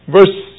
Verse